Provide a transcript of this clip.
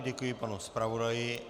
Děkuji panu zpravodaji.